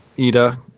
Ida